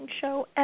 show